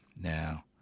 Now